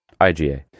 IGA